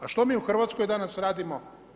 A što mi u Hrvatskoj danas radimo?